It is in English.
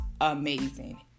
amazing